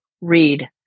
read